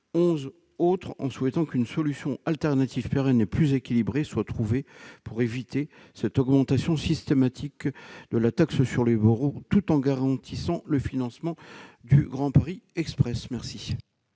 Nous souhaitons qu'une solution alternative pérenne et plus équilibrée soit trouvée pour éviter cette augmentation systématique de la taxe sur les bureaux, tout en garantissant le financement du Grand Paris Express. La